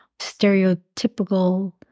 stereotypical